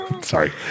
Sorry